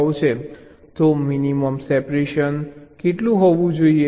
તો minimum separation કેટલું હોવું જોઈએ